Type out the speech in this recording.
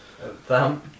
Thumb